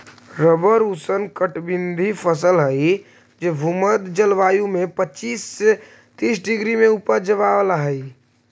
rubber ऊष्णकटिबंधी फसल हई जे भूमध्य जलवायु में पच्चीस से तीस डिग्री में उपजावल जा हई